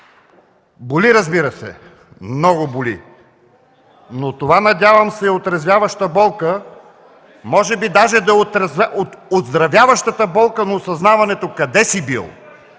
Боли, разбира се, много боли! Но това, надявам се, е отрезвяваща болка. Може би даже да е оздравяващата болка на осъзнаването къде си бил,